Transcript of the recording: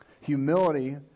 Humility